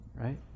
right